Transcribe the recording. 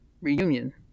reunion